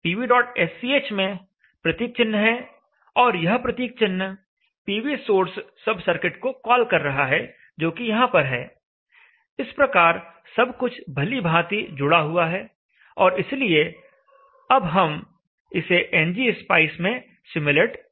pvsch में प्रतीक चिन्ह है और यह प्रतीक चिन्ह PVsource सब सर्किट को कॉल कर रहा है जो कि यहां पर है इस प्रकार सब कुछ भली भांति जुड़ा हुआ है और इसलिए अब हम इसे एनजी स्पाइस में सिम्युलेट कर सकते हैं